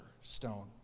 stone